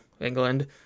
England